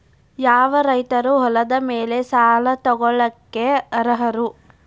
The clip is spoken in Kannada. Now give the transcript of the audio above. ಯಾವ ರೈತರು ಹೊಲದ ಮೇಲೆ ಸಾಲ ತಗೊಳ್ಳೋಕೆ ಅರ್ಹರು?